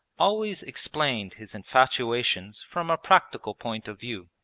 always explained his infatuations from a practical point of view.